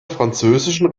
französischen